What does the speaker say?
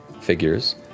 figures